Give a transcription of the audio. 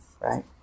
right